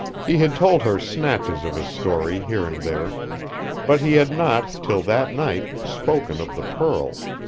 he had told her snatches of his story here and there but he had not, till that night, spoken of the pearls.